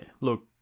look